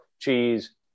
cheese